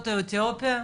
או אתיופיה,